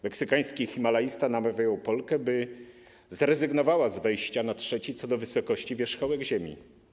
Meksykański himalaista namawiał Polkę, by zrezygnowała z wejścia na trzeci co do wysokości wierzchołek Ziemi.